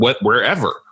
wherever